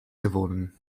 gewonnen